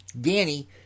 Danny